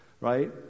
right